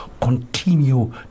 continue